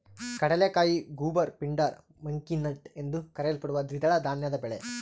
ಕಡಲೆಕಾಯಿ goober pindar monkey nut ಎಂದೂ ಕರೆಯಲ್ಪಡುವ ದ್ವಿದಳ ಧಾನ್ಯದ ಬೆಳೆ